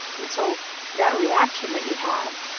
and so that reaction that you have,